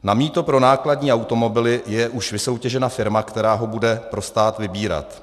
Na mýto pro nákladní automobily je už vysoutěžena firma, která ho bude pro stát vybírat.